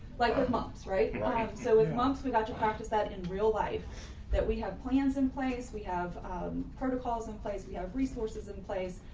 like with moms, right? so as moms, we got to practice that in real life that we have plans in place. we have protocols in place we have resources in place